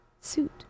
suit